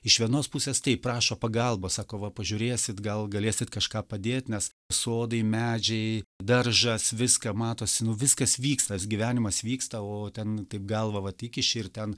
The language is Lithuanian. iš vienos pusės taip prašo pagalbos sako va pažiūrėsit gal galėsit kažką padėt nes sodai medžiai daržas viską matosi nu viskas vyksta gyvenimas vyksta o ten taip galvą vat įkiši ir ten